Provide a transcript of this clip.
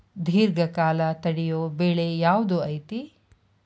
ದೇರ್ಘಕಾಲ ತಡಿಯೋ ಬೆಳೆ ಯಾವ್ದು ಐತಿ?